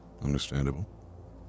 Understandable